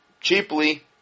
Cheaply